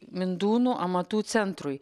mindūnų amatų centrui